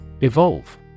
Evolve